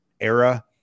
era